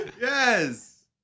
Yes